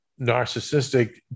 narcissistic